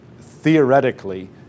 theoretically